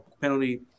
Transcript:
penalty